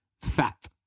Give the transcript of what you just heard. fat